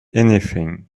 anything